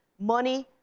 money,